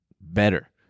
better